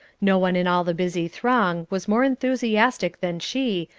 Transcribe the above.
no one in all the busy throng was more enthusiastic than she,